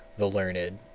the learned,